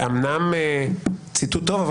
אומנם ציטוט טוב,